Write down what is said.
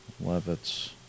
Levitt's